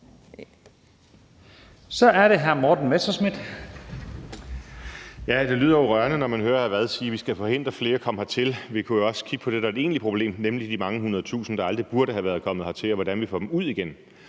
Kl. 10:58 Morten Messerschmidt (DF): Det lyder jo rørende, når man hører hr. Frederik Vad sige, at vi skal forhindre, at flere kommer hertil. Vi kunne jo også kigge på det, der er det egentlig problem, nemlig de mange hundredtusinde, der aldrig burde være kommet hertil, og hvordan vi får dem ud igen.